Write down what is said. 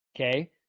Okay